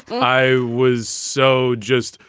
i was so just.